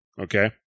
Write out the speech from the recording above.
Okay